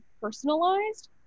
personalized